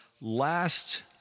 last